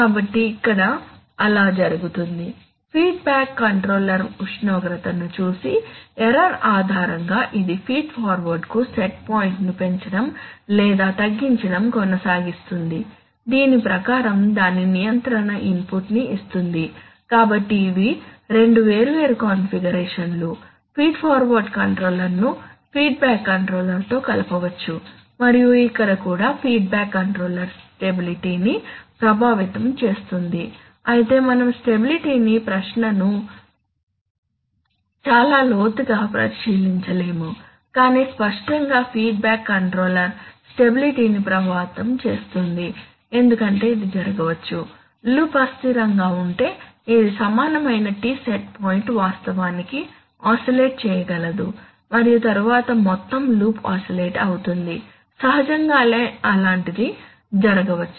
కాబట్టి ఇక్కడ ఆలా జరుగుతుంది ఫీడ్బ్యాక్ కంట్రోలర్ ఉష్ణోగ్రతను చూసి ఎర్రర్ ఆధారంగా ఇది ఫీడ్ ఫార్వర్డ్ కు సెట్ పాయింట్ను పెంచడం లేదా తగ్గించడం కొనసాగిస్తుంది దీని ప్రకారం దాని నియంత్రణ ఇన్పుట్ ని ఇస్తుంది కాబట్టి ఇవి రెండు వేర్వేరు కాన్ఫిగరేషన్లు ఫీడ్ ఫార్వర్డ్ కంట్రోలర్ను ఫీడ్బ్యాక్ కంట్రోలర్తో కలపవచ్చు మరియు ఇక్కడ కూడా ఫీడ్బ్యాక్ కంట్రోలర్ స్టెబిలిటీ ని ప్రభావితం చేస్తుంది అయితే మనం స్టెబిలిటీ ప్రశ్నను చాలా లోతుగా పరిశీలించలేము కాని స్పష్టంగా ఫీడ్బ్యాక్ కంట్రోలర్ స్టెబిలిటీ ని ప్రభావితం చేస్తుంది ఎందుకంటే ఇది జరగవచ్చు లూప్ అస్థిరంగా ఉంటే ఇది సమానమైన T సెట్ పాయింట్ వాస్తవానికి ఆసిలేట్ చేయగలదు మరియు తరువాత మొత్తం లూప్ ఆసిలేట్ అవుతుంది సహజంగానే అలాంటిది జరగవచ్చు